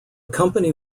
company